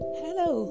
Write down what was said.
hello